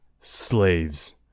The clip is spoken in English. Slaves